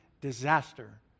disaster